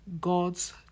God's